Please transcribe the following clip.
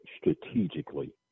strategically